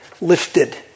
lifted